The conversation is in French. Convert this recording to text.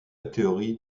théorie